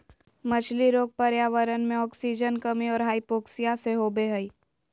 मछली रोग पर्यावरण मे आक्सीजन कमी और हाइपोक्सिया से होबे हइ